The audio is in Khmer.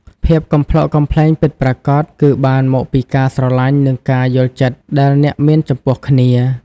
ភាពកំប្លុកកំប្លែងពិតប្រាកដគឺបានមកពីការស្រលាញ់និងការយល់ចិត្តដែលអ្នកមានចំពោះគ្នា។